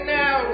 now